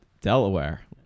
Delaware